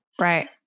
Right